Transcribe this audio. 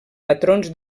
patrons